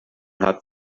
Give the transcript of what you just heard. hat